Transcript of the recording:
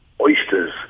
Oysters